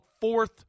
fourth